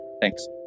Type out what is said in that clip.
thanks